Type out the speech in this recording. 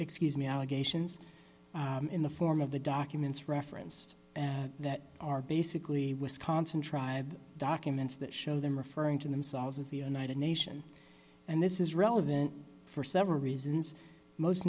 excuse me allegations in the form of the documents referenced that are basically wisconsin tribe documents that show them referring to themselves as the united nation and this is relevant for several reasons most